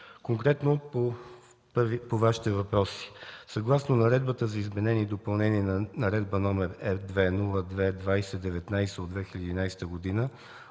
Конкретно по Вашите въпроси – съгласно Наредбата за изменение и допълнение на Наредба № РД-02-20-19 от 2011 г.,